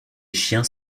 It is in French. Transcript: chiens